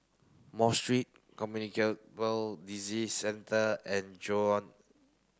Mosque Street Communicable Disease Centre and Joan